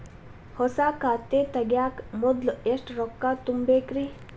ಹೊಸಾ ಖಾತೆ ತಗ್ಯಾಕ ಮೊದ್ಲ ಎಷ್ಟ ರೊಕ್ಕಾ ತುಂಬೇಕ್ರಿ?